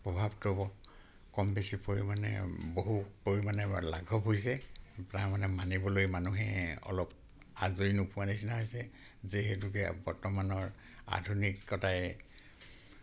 প্ৰভাৱটো কম বেছি পৰিমাণে বহু পৰিমাণে লাঘৱ হৈছে তাৰমানে মানিবলৈ মানুহে অলপ আজৰি নোপোৱাৰ নিচিনা হৈছে যিহেতুকে বৰ্তমানৰ আধুনিকতাই